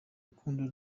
rukundo